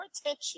attention